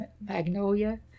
magnolia